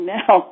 now